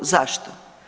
Zašto?